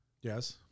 Yes